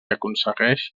aconsegueix